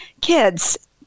Kids